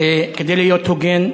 כדי להיות הוגן,